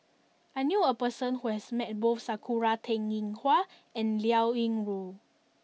I knew a person who has met both Sakura Teng Ying Hua and Liao Yingru